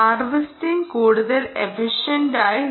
harvesting കൂടുതൽ എഫിഷ്യന്റായി